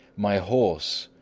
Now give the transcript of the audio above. my horse!